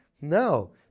No